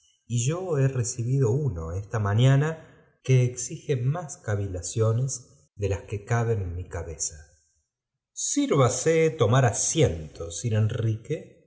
y yo he recibido uno esta mañana que bez mas eavilbcíones de que caben en mi casírvase tomar áeiento sir enrique